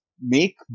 make